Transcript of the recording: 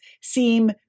seem